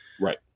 Right